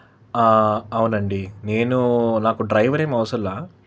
అవునండి నేను నాకు డ్రైవరేమీ అవసరం లేదు